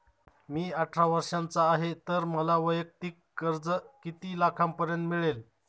मी अठरा वर्षांचा आहे तर मला वैयक्तिक कर्ज किती लाखांपर्यंत मिळेल?